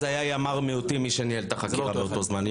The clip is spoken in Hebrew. אז היה ימ"ר מיעוטים מי שניהל את החקירה באותו זמן.